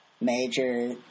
major